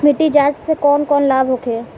मिट्टी जाँच से कौन कौनलाभ होखे?